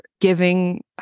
giving